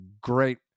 Great